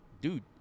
dude